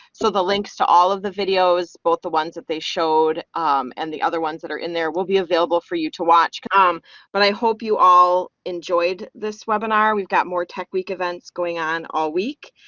so, the links to all of the videos both the ones that they showed and the other ones that are in there will be available for you to watch. but, i hope you all enjoyed this webinar. we've got more tech week events going on all week.